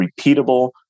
repeatable